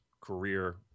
career